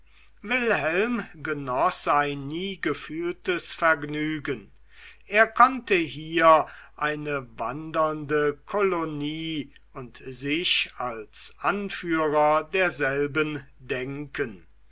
wilhelm genoß ein nie gefühltes vergnügen er konnte hier eine wandernde kolonie und sich als anführer derselben denken